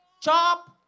Chop